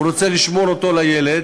הוא רוצה לשמור אותה לילד,